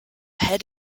head